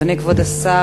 אדוני כבוד השר,